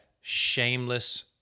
shameless